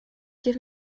give